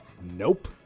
Nope